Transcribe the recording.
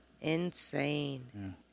Insane